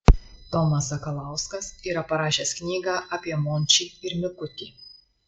tomas sakalauskas yra parašęs knygą apie mončį ir mikutį